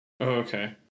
Okay